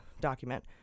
document